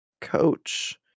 coach